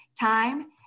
time